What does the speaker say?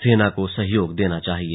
सेना को सहयोग देना चाहिए